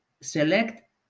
select